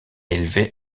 élevé